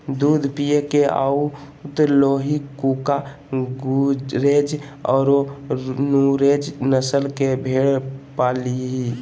दूध पिये के हाउ त लोही, कूका, गुरेज औरो नुरेज नस्ल के भेड़ पालीहीं